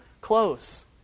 close